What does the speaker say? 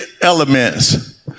elements